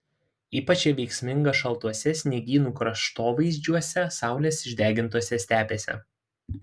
ypač ji veiksminga šaltuose sniegynų kraštovaizdžiuose saulės išdegintose stepėse